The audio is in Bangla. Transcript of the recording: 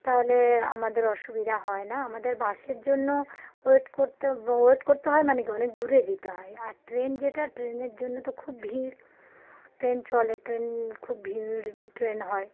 তাহলে আমাদের অসুবিধা হয় না আমাদের বাসের জন্য ওয়েট করতে ওয়েট করতে হয় মানে কী অনেক দূরে যেতে হয় আর ট্রেন যেটা ট্রেনের জন্য তো খুব ভিড় ট্রেন চলে ট্রেন খুব ভিড় ট্রেন হয়